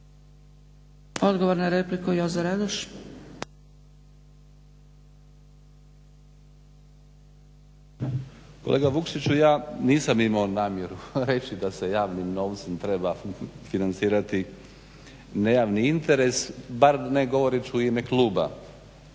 Odgovor na repliku Jozo Radoš. **Radoš, Jozo (HNS)** Kolega Vukšić ja nisam imao namjeru reći da se javnim novcem treba financirati nejavni interes bare ne govoreći u ime kluba.